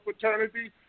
fraternity